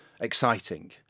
exciting